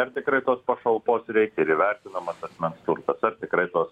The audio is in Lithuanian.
ar tikrai tos pašalpos reikia ir įvertinamas asmens turtas ar tikrai tos